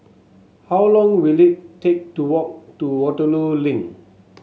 how long will it take to walk to Waterloo Link